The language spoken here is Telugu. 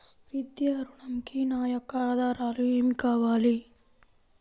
విద్యా ఋణంకి నా యొక్క ఆధారాలు ఏమి కావాలి?